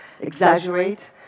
exaggerate